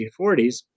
1940s